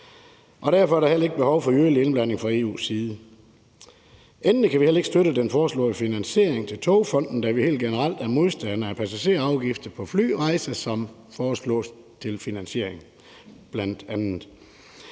derfor er der heller ikke behov for yderligere indblanding fra EU's side. Endelig kan vi heller ikke støtte den foreslåede finansiering til Togfonden DK, da vi helt generelt er modstandere af passagerafgifter på flyrejser, som bl.a. foreslås til finansiering.